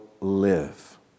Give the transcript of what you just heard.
live